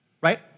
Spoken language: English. Right